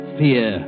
fear